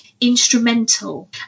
instrumental